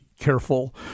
careful